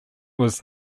was